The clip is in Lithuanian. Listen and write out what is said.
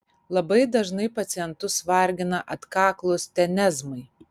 labai dažnai pacientus vargina atkaklūs tenezmai